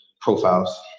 profiles